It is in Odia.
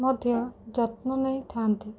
ମଧ୍ୟ ଯତ୍ନ ନେଇଥାନ୍ତି